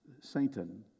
Satan